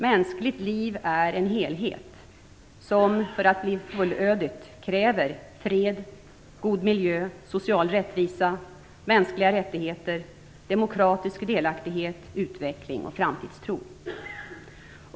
Mänskligt liv är en helhet, som för att bli fullödigt kräver fred, god miljö, social rättvisa, mänskliga rättigheter, demokratisk delaktighet, utveckling och framtidstro.